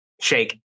Shake